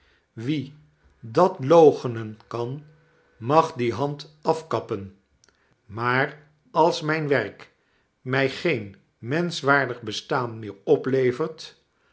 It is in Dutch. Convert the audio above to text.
wie dat loochenen kan mag die hand afkappen maar als mijn werk mij geen mensehwaardig bestaan meer oplevert